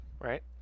Right